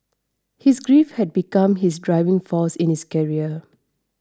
his grief had become his driving force in his career